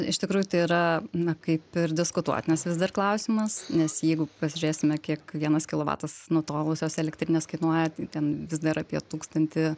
iš tikrųjų tai yra na kaip ir diskutuotinas vis dar klausimas nes jeigu pasižiūrėsime kiek vienas kilovatas nutolusios elektrinės kainuoja ten vis dar apie tūkstantį